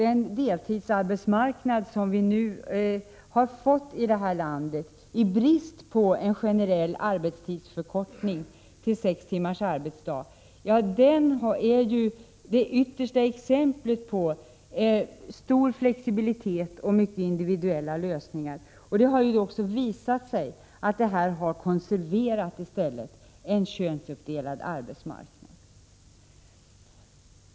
Den deltidsarbetsmarknad som vi har fått här i landet, i brist på en generell arbetstidsförkortning till sex timmars arbetsdag, är det yttersta exemplet på stor flexibilitet och mycket individuella lösningar. Det har också visat sig att det har konserverat en könsuppdelad arbetsmarknad.